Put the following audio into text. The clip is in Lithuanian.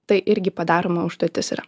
tai irgi padaroma užduotis yra